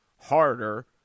harder